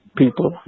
people